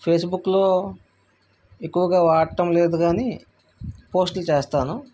ఫేస్బుక్లో ఎక్కువగా వాడటం లేదు కానీ పోస్ట్లు చేస్తాను